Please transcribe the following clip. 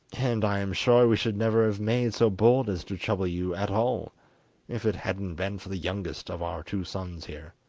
and i am sure we should never have made so bold as to trouble you at all if it hadn't been for the youngest of our two sons here